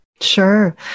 Sure